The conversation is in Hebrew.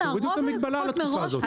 תורידו את המגבלה לתקופה הזאת.